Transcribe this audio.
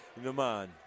Naman